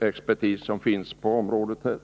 expertis som finns på området.